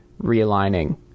realigning